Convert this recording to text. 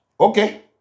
Okay